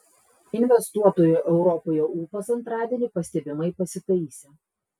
investuotojų europoje ūpas antradienį pastebimai pasitaisė